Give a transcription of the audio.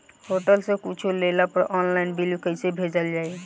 Hotel से कुच्छो लेला पर आनलाइन बिल कैसे भेजल जाइ?